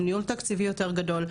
עם ניהול תקציבי יותר גדול.